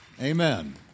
Amen